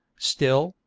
still,